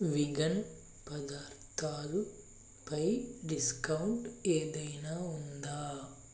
vegan పదార్థాలుపై discount ఏదైనా ఉందా